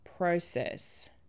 process